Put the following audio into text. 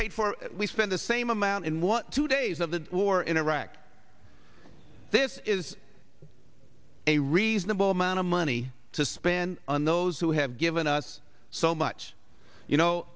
paid for we spend the same amount in what two days of the war in iraq this is a reasonable amount of money to spend on those who have given us so much you know